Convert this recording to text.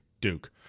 Duke